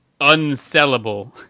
unsellable